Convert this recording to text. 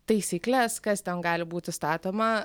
taisykles kas ten gali būti statoma